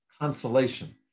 consolation